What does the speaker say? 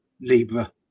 Libra